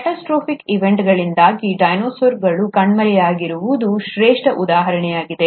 catastrophic ಈವೆಂಟ್ಗಳಿಂದಾಗಿ ಡೈನೋಸಾರ್ಗಳು ಕಣ್ಮರೆಯಾಗಿರುವುದು ಶ್ರೇಷ್ಠ ಉದಾಹರಣೆಯಾಗಿದೆ